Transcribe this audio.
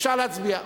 אפשר להצביע.